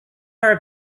are